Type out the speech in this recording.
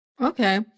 Okay